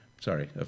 sorry